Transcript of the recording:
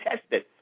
tested